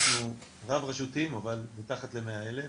אנחנו רב רשותיים אבל מתחת מ- 100 אלף.